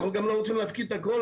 אנחנו גם לא רוצים להפקיד את הכול